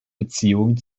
beziehungen